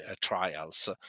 trials